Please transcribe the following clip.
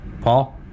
paul